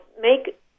make